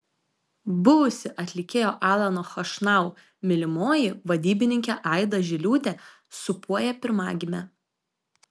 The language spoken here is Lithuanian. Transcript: buvusi atlikėjo alano chošnau mylimoji vadybininkė aida žiliūtė sūpuoja pirmagimę